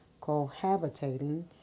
cohabitating